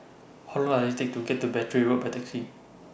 How Long Does IT Take to get to Battery Road By Taxi